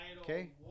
Okay